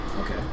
Okay